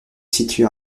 situe